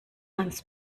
ans